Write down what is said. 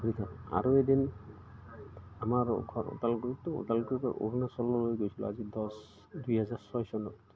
গৈ থাকোঁ আৰু এদিন আমাৰ ঘৰ উদালগুৰিতটো উদালগুৰিৰপৰা অৰুণাচললৈ গৈছিলোঁ আজি দহ দুই হেজাৰ ছয় চনত